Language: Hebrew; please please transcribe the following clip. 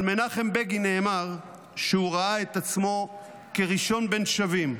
על מנחם בגין נאמר שהוא ראה את עצמו כראשון בין שווים.